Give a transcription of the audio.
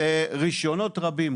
רישיונות רבים,